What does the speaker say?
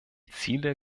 ziele